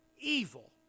evil